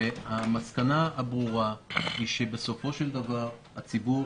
המסקנה הברורה היא שבסופו של דבר הציבור